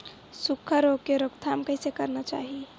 सुखा रोग के रोकथाम कइसे करना चाही?